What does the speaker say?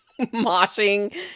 moshing